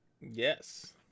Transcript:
Yes